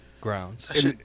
grounds